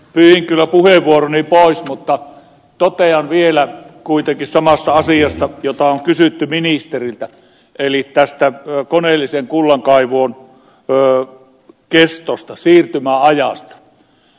pyyhin kyllä puheenvuoroni pois mutta totean vielä kuitenkin samasta asiasta jota on kysytty ministeriltä eli koneellisen kullankaivun kestosta siirtymäajasta